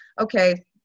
okay